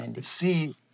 See